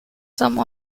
some